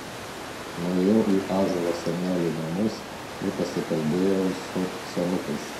nuėjau į ąžuolo senelių namus ir pasikalbėjau su senukais